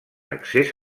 accés